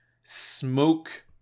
smoke